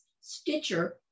Stitcher